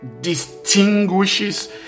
distinguishes